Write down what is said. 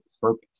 purpose